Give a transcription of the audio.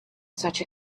such